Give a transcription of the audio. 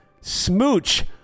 smooch